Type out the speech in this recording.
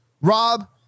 Rob